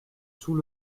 sous